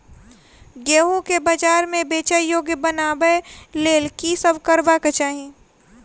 गेंहूँ केँ बजार मे बेचै योग्य बनाबय लेल की सब करबाक चाहि?